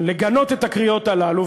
לגנות את הקריאות הללו,